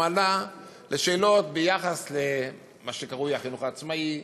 הוא גם ענה על שאלות ביחס למה שקרוי החינוך העצמאי.